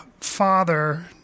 father